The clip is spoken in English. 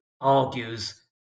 argues